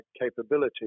capability